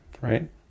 right